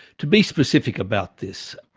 to be specific about this,